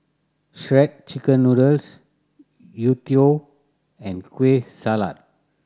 Shredded Chicken Noodles youtiao and Kueh Salat